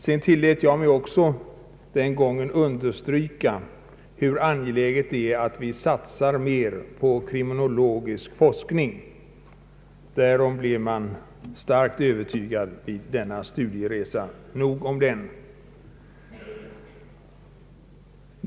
Vidare tillät jag mig också denna gång understryka hur angeläget det är att vi satsar mer på kriminologisk forskning — därom blev jag starkt övertygad under denna studieresa. Nog om den!